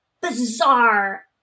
bizarre